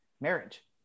marriage